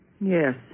Yes